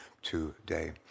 Today